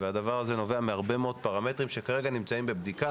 הדבר הזה נובע מהרבה מאוד פרמטרים שכרגע נמצאים בבדיקה.